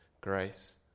Grace